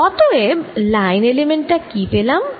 অতএব line element টা কি পেলাম